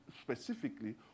specifically